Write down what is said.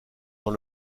dans